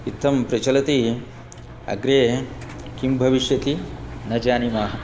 इत्थं प्रचलति अग्रे किं भविष्यति न जानीमः